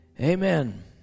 Amen